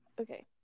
okay